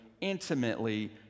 intimately